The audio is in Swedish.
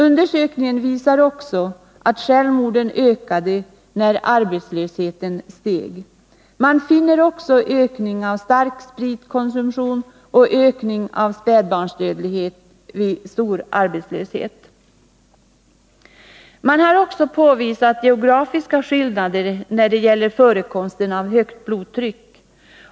Undersökningen visar att självmorden ökade när arbetslösheten steg. Man finner också en ökning av starkspritkonsumtionen och en ökning av spädbarnsdödligheten vid stor arbetslöshet. Man har också påvisat geografiska skillnader när det gäller förekomsten av högt blodtryck.